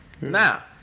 Now